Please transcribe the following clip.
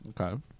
Okay